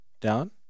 Down